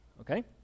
okay